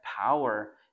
power